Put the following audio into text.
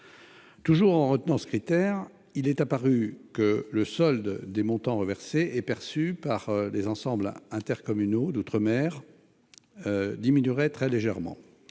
Toujours sur la base de ce critère, il est apparu que le solde des montants reversés et perçus par les ensembles intercommunaux d'outre-mer diminuerait très légèrement.